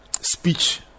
speech